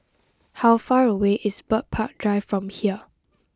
how far away is Bird Park Drive from here